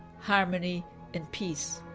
harmony and peace.